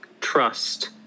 Trust